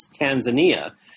Tanzania